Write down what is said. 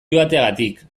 joateagatik